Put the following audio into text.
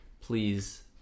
please